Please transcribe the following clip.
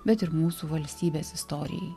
bet ir mūsų valstybės istorijai